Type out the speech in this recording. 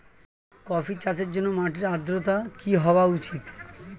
Coffee চাষের জন্য মাটির আর্দ্রতা কি হওয়া উচিৎ?